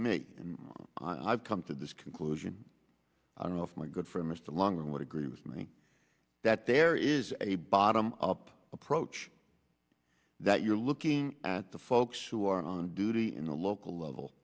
make i've come to this conclusion i don't know if my good friend mr long would agree with me that there is a bottom up approach that you're looking at the folks who are on duty in the local level